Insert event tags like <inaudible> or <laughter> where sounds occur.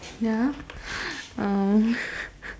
ya um <laughs>